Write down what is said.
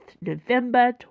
November